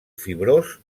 fibrós